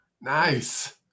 Nice